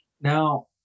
Now